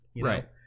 Right